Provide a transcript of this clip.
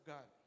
God